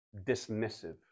dismissive